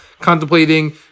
contemplating